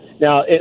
Now